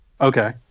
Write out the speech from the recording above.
Okay